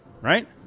Right